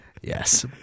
Yes